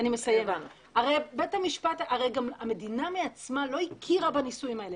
הרי גם המדינה מעצמה לא הכירה בנישואים האלה,